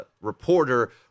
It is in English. reporter